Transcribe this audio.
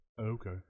Okay